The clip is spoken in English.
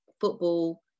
football